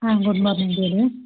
ಹಾಂ good morning ಹೇಳಿ